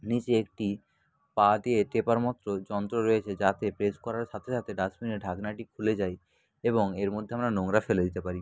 নিচে একটি পা দিয়ে টেপার মতো যন্ত্র রয়েছে যাতে প্রেস করার সাথে সাথে ডাস্টবিনের ঢাকনাটি খুলে যায় এবং এর মধ্যে আমরা নোংরা ফেলে দিতে পারি